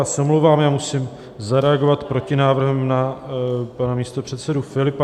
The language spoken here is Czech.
Já se omlouvám, musím zareagovat protinávrhem na pana místopředsedu Filipa.